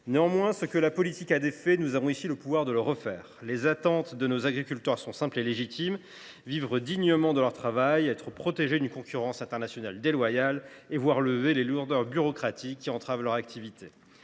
Néanmoins, ce que la politique a défait, nous avons ici le pouvoir de le refaire. Les attentes de nos agriculteurs sont simples et légitimes : vivre dignement de leur travail, être protégés d’une concurrence internationale déloyale et voir lever les lourdeurs bureaucratiques qui entravent leur activité.